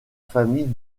famille